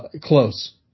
Close